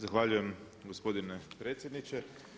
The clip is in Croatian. Zahvaljujem gospodine predsjedniče.